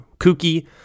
kooky